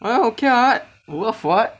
!wah! okay [what] worth [what]